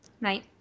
Night